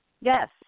Yes